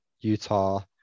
Utah